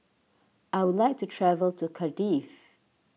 I would like to travel to Cardiff